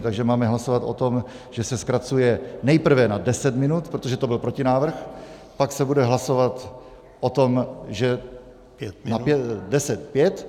Takže máme hlasovat o tom, že se zkracuje nejprve na deset minut, protože to byl protinávrh, pak se bude hlasovat o tom, že pět.